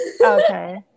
Okay